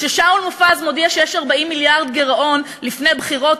כששאול מופז מודיע שיש 40 מיליארד גירעון לפני בחירות,